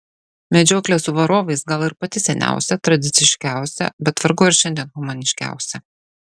medžioklė su varovais gal ir pati seniausia tradiciškiausia bet vargu ar šiandien humaniškiausia